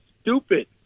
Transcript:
stupid